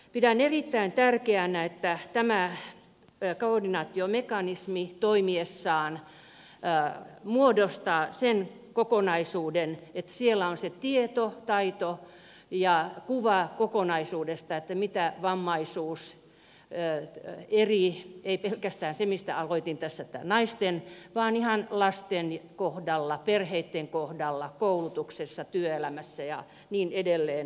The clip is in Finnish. pidän erittäin tärkeänä että tämä koordinaatiomekanismi toimiessaan muodostaa sen kokonaisuuden että siellä on se tieto taito ja kuva kokonaisuudessaan mitä vammaisuus tarkoittaa ei pelkästään naisten kohdalla mistä aloitin tässä vaan myös lasten kohdalla perheitten kohdalla koulutuksessa työelämässä ja niin edelleen